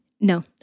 No